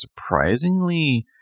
surprisingly